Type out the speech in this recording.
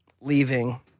leaving